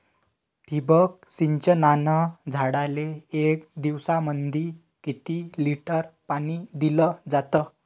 ठिबक सिंचनानं झाडाले एक दिवसामंदी किती लिटर पाणी दिलं जातं?